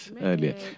earlier